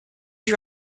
you